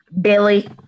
Billy